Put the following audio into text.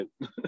right